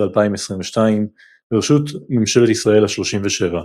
2022 בראשות ממשלת ישראל השלושים ושבע.